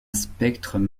spectre